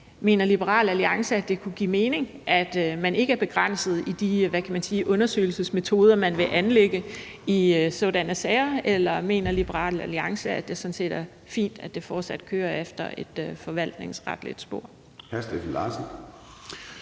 Mener Liberal Alliance, at det kunne give mening, at man ikke er begrænset i, hvad kan man sige, de undersøgelsesmetoder, man vil anlægge i sådanne sager? Eller mener Liberal Alliance, at det sådan set er fint, at det fortsat kører efter et forvaltningsretligt spor?